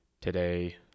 today